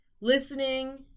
listening